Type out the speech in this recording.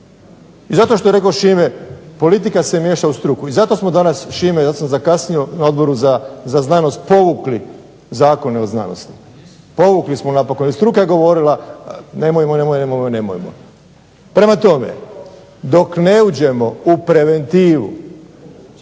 i zato što je rekao ŠIme politika se miješa u struku. I zato smo danas Šime ja sam zakasnio na Odboru za znanost povukli zakone o znanosti, povukli smo napokon, jer struka je govorila nemojmo, nemojmo, nemojmo. Prema tome, dok ne uđemo u preventivu,